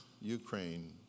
Ukraine